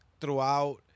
throughout